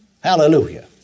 Hallelujah